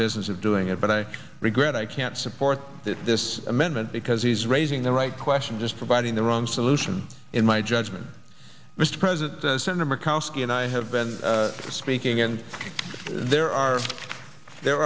business of doing it but i regret i can't support this amendment because he's raising the right question just providing the wrong solution in my judgment mr president as senator mccaskill and i have been speaking and there are there